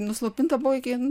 nuslopinta buvo iki